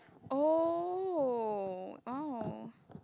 oh oh